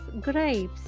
grapes